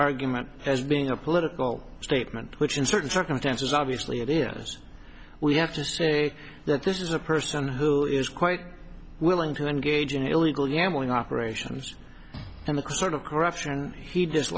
argument as being a political statement which in certain circumstances obviously it is we have to say that this is a person who is quite willing to engage in illegal yammering operations and the sort of corruption he